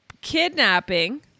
kidnapping